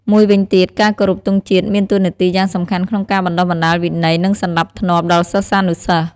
មួយវិញទៀត ការគោរពទង់ជាតិមានតួនាទីយ៉ាងសំខាន់ក្នុងការបណ្តុះបណ្តាល វិន័យ និងសណ្តាប់ធ្នាប់ ដល់សិស្សានុសិស្ស។